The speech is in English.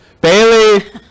Bailey